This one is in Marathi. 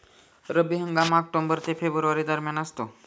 रब्बी हंगाम ऑक्टोबर ते फेब्रुवारी दरम्यान असतो